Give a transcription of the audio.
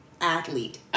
athlete